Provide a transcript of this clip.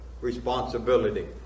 responsibility